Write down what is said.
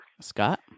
Scott